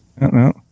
No